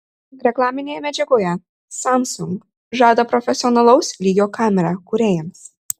reklaminėje medžiagoje samsung žada profesionalaus lygio kamerą kūrėjams